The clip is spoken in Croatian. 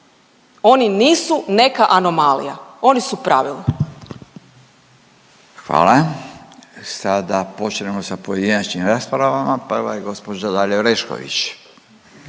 oni su pravilo. **Radin, Furio (Nezavisni)** Hvala. Sada počinjemo sa pojedinačnim raspravama. Prva je gospođa Dalija Orešković.